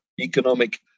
economic